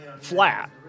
flat